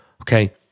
okay